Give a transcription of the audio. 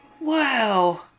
Wow